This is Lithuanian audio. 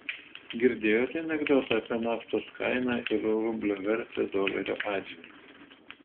girdėjote anekdotą apie naftos kainą ir rublio vertę dolerio atžvilgiu